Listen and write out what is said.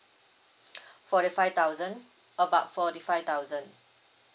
forty five thousand about forty five thousand